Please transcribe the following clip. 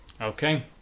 Okay